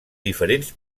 diferents